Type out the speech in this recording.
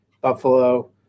Buffalo